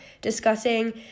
discussing